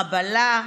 חבלה,